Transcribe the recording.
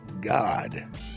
God